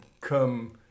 come